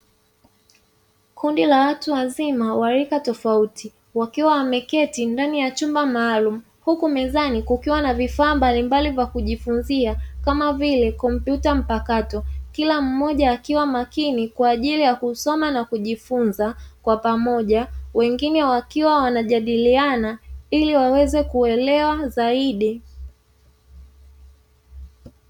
Kundi la watu wazima wa rika tofauti wakiwa wameketi ndani ya chumba maalumu huku mezani kukiwa na vifaa mbalimbali vya kujifunzia kama vile kompyuta mpakato kila mmoja akiwa makini kwa ajili ya kusoma na kujifunza kwa pamoja wengine wakiwa wanajadiliana ili waweze kuelewa zaidi.